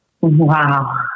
Wow